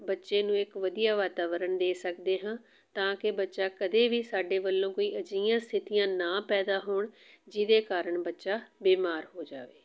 ਬੱਚੇ ਨੂੰ ਇੱਕ ਵਧੀਆ ਵਾਤਾਵਰਨ ਦੇ ਸਕਦੇ ਹਾਂ ਤਾਂ ਕਿ ਬੱਚਾ ਕਦੇ ਵੀ ਸਾਡੇ ਵੱਲੋਂ ਕੋਈ ਅਜਿਹੀਆਂ ਸਥਿਤੀਆਂ ਨਾ ਪੈਦਾ ਹੋਣ ਜਿਹਦੇ ਕਾਰਨ ਬੱਚਾ ਬਿਮਾਰ ਹੋ ਜਾਵੇ